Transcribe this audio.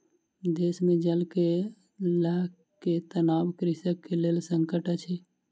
देश मे जल के लअ के तनाव कृषक के लेल संकट अछि